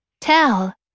Tell